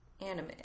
Anime